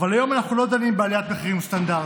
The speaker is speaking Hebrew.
אבל היום אנחנו לא דנים בעליית מחירים סטנדרטית.